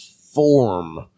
form